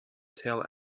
tail